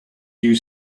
you